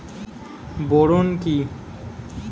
Boron কি?